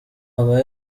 aba